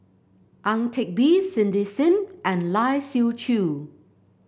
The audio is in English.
Ang Teck Bee Cindy Sim and Lai Siu Chiu